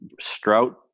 Strout